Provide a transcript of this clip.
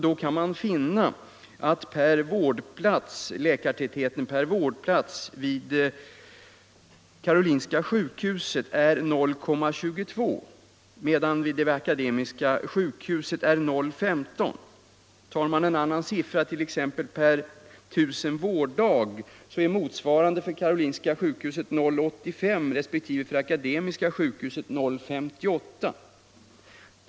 Då finner vi att läkartätheten per vårdplats vid Karolinska sjukhuset är 0,22, medan den vid Akademiska sjukhuset är 0.15. Jämför man läkartätheten per tusen vårddagar finner man att siffran för Karolinska sjukhuset är 0,85 och för Akademiska sjukhuset 0,58.